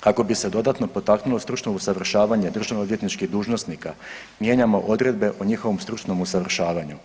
kako bi se dodatno potaknulo stručno usavršavanje državnoodvjetničkih dužnosnika, mijenjamo odredbe o njihovom stručnom usavršavanju.